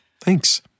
Thanks